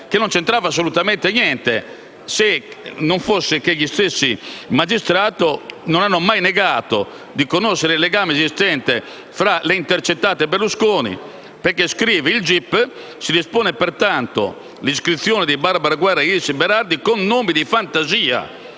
che non c'entrava assolutamente niente, se non fosse che gli stessi magistrati non hanno mai negato di conoscere il legame esistente tra le intercettate e Berlusconi, perché - scrive il gip - si dispone l'iscrizione di Barbara Guerra e Iris Berardi con nomi di fantasia,